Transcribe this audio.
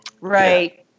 Right